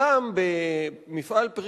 לתלות את ההבטחה על הקיר.